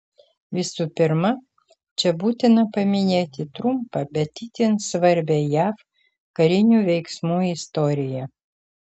visų pirma čia būtina paminėti trumpą bet itin svarbią jav karinių veiksmų istoriją